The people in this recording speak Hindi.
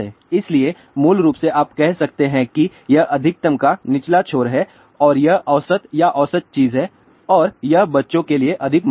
इसलिए मूल रूप से आप कह सकते हैं कि यह अधिकतम का निचला छोर है और यह औसत या औसत चीज है और यह बच्चों के लिए अधिक मान्य है